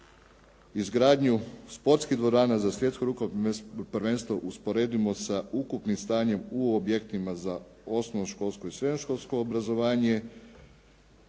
izgradnju sportskih dvorana za svjetsko rukometno prvenstvo usporedimo sa ukupnim stanjem u objektima za osnovnoškolsko i srednjoškolsko obrazovanje,